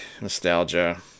nostalgia